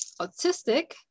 autistic